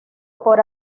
por